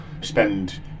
spend